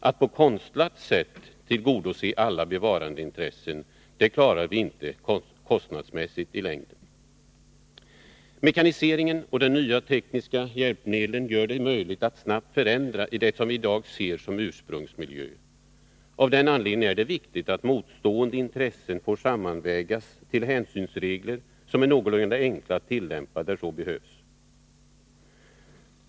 Att på konstlat sätt tillgodose alla bevarandeintressen klarar vi i längden inte kostnadsmässigt. Mekaniseringen och de nya tekniska hjälpmedlen gör det möjligt att snabbt förändra i det som vi i dag ser som ursprungsmiljö. Av den anledningen är det viktigt att motstående intressen får sammanvägas till hänsynsreglér som är någorlunda enkla att tillämpa där så behövs.